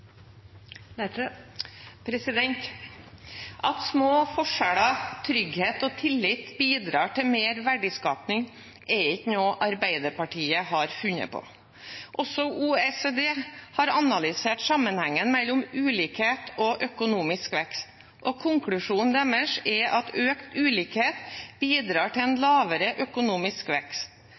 ikke noe Arbeiderpartiet har funnet på. Også OECD har analysert sammenhengen mellom ulikhet og økonomisk vekst, og konklusjonen deres er at økt ulikhet bidrar til en lavere økonomisk vekst.